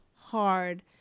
hard